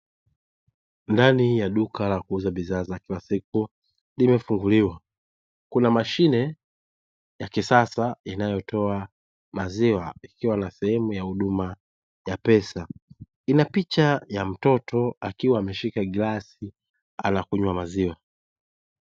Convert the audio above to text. Ndani ya duka la kuuza bidhaa za kila siku limefunguliwa. Kuna mashine ya kisasa inayotoa maziwa ikiwa na sehemu ya huduma ya pesa, ina picha ya mtoto akiwa ameshika glasi anakunywa maziwa.